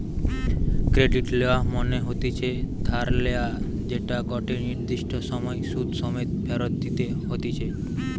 credit লেওয়া মনে হতিছে ধার লেয়া যেটা গটে নির্দিষ্ট সময় সুধ সমেত ফেরত দিতে হতিছে